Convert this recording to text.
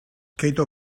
kate